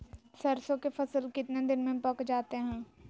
सरसों के फसल कितने दिन में पक जाते है?